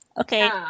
Okay